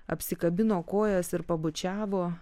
apsikabino kojas ir pabučiavo